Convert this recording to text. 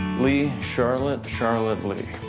lee, charlote. charlote, lee.